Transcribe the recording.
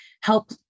help